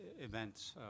events